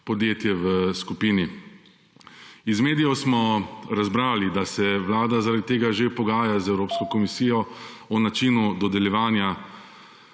podjetje v skupini. Iz medijev smo razbrali, da se Vlada zaradi tega že pogaja z Evropsko komisijo o načinu dodeljevanja